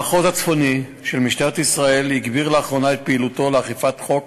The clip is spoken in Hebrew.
המחוז הצפוני של משטרת ישראל הגביר לאחרונה את פעילותו לאכיפת החוק